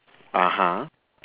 (uh huh)